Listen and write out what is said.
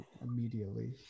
immediately